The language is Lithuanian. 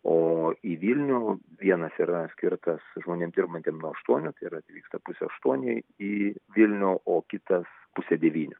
o į vilnių vienas yra skirtas žmonėm dirbantiem nuo aštuonių tai yra atvyksta pusę aštuonių į vilnių o kitas pusę devynių